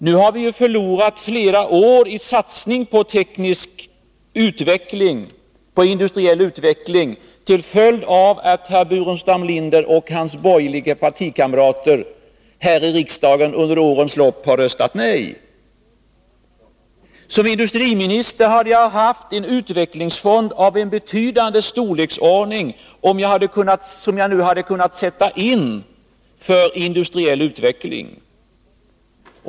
Nu har vi i stället förlorat flera år när det gäller satsning på teknisk utveckling, på industriell utveckling till följd av att herr Burenstam Linder och hans borgerliga partikamrater här i riksdagen under årens lopp har röstat nej. Som industriminister hade jag nu annars haft en utvecklingsfond av betydande storleksordning som jag hade kunnat använda för industriell utveckling.